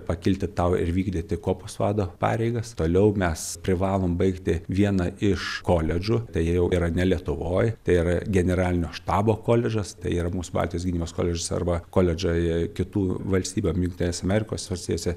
pakilti tau ir vykdyti kuopos vado pareigas toliau mes privalom baigti vieną iš koledžų tai jie jau yra ne lietuvoj tai yra generalinio štabo koledžas tai yra mūsų baltijos gynimas koledžas arba koledžai kitų valstybių jungtinės amerikos valtijose